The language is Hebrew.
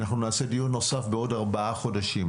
אנחנו נעשה דיון נוסף בעוד ארבעה חודשים,